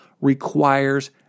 requires